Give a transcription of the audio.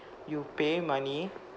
you pay money